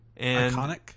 Iconic